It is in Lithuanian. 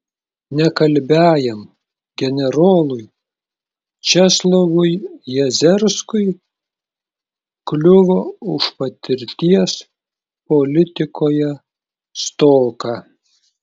nekalbiajam generolui česlovui jezerskui kliuvo už patirties politikoje stoką